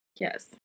Yes